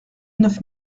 neuf